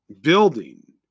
building